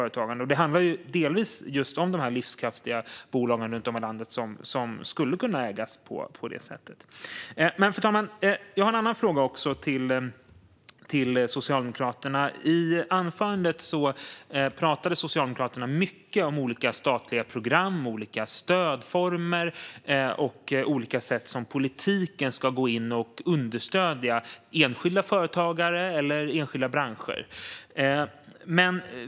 Det här handlar delvis just om de livskraftiga bolag runt om i landet som skulle kunna ägas kooperativt. Fru talman! Jag har en annan fråga till Socialdemokraterna. I anförandet pratade Socialdemokraterna mycket om olika statliga program, olika stödformer och olika sätt som politiken ska gå in och understödja enskilda företagare eller enskilda branscher på.